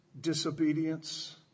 disobedience